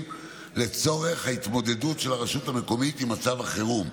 לצורך ההתמודדות של הרשות המקומית עם מצב החירום,